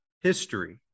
history